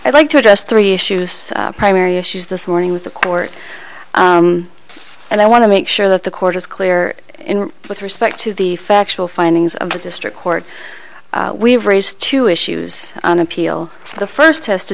i'd like to address three issues primary issues this morning with the court and i want to make sure that the court is clear in with respect to the factual findings of the district court we raised two issues on appeal for the first has to